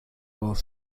both